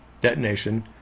detonation